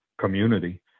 community